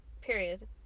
Period